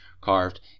carved